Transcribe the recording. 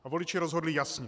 A voliči rozhodli jasně!